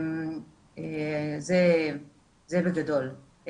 זה בגדול.